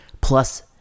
plus